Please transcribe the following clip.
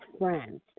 friends